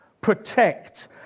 protect